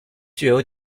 具有